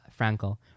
Frankel